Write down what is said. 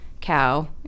cow